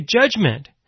judgment